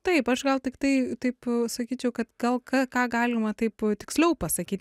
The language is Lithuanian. taip aš gal tiktai taip sakyčiau kad gal ką ką galima taip tiksliau pasakyt